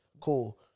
Cool